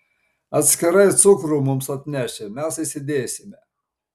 atskirai cukrų mums atneši mes įsidėsime